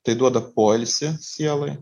tai duoda poilsį sielai